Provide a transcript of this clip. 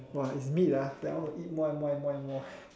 !wah! it's meat ah then I want to eat more and more and more